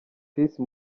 peace